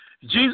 Jesus